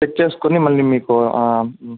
తెచ్చెసుకుని మళ్ళీ మీకు